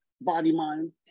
body-mind